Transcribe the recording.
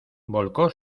volcó